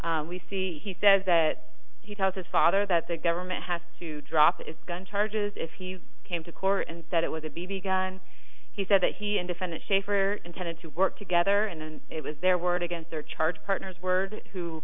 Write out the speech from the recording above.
roughen we see he says that he tells his father that the government has to drop its gun charges if he came to court and said it was a b b gun he said that he and defendant shaffer intended to work together and it was their word against their charge partner's word who